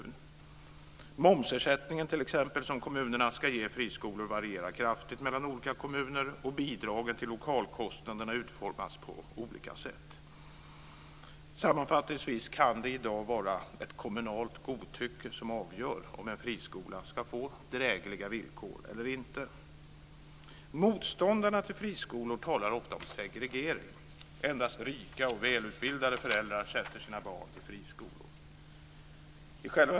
Den momsersättning som kommunerna ska ge friskolorna varierar kraftigt mellan kommuner, och bidraget till lokalkostnaderna utformas på olika sätt. Sammanfattningvis: Det kan i dag vara ett kommunalt godtycke som avgör om en friskola ska få drägliga villkor eller inte. Motståndarna till friskolor talar ofta om segregering. Endast rika och välutbildade föräldrar sätter sina barn i friskolor.